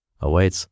awaits